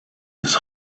his